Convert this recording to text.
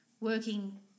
working